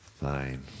Fine